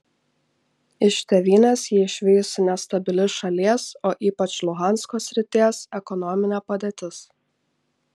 iš tėvynės jį išvijusi nestabili šalies o ypač luhansko srities ekonominė padėtis